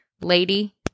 lady